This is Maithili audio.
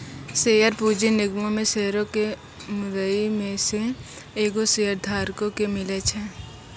शेयर पूंजी निगमो मे शेयरो के मुद्दइ मे से एगो शेयरधारको के मिले छै